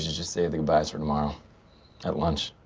just save the goodbyes for tomorrow at lunch.